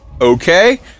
okay